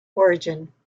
origin